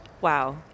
wow